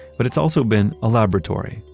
but it's also been a laboratory,